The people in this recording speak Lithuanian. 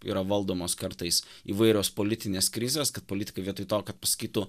yra valdomos kartais įvairios politinės krizės kad politikai vietoj to kad pasakytų